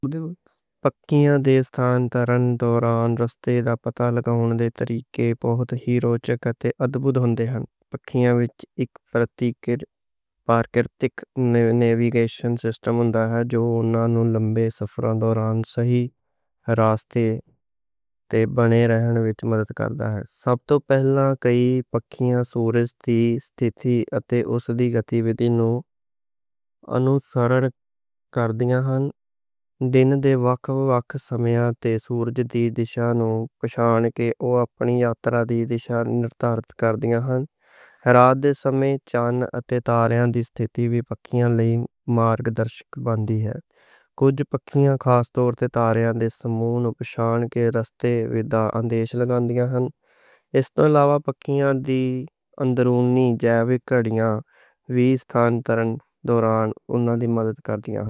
پکھیوں تے ستھان ترن توراں رستے دا پتہ لگان دے۔ طریقے بہت ہی روچک تے ادبھوت ہوندے ہن پکھیوں وچ۔ اک پراکرتک نیویگیشن سسٹم ہوندا ہے۔ جو انہاں نوں لمبے سفراں توراں صحیح رستے تے بنے رہن وچ مدد کردا ہے۔ ہر وقت چاند اتے تاریاں دی ستِتی وی پکھیوں لئی مارگ درشک بن دی اے، کجھ پکھی خاص طور تے تاریاں دے سموئیں پچھان کے رستے دا اندیشہ لگان دے ہن۔ اس تو علاوہ پکھیوں دی اندرونی جیونی گھڑیاں وی ستھان ترن توراں انہاں دی مدد کر دیا ہن۔